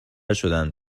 شدند